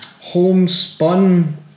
homespun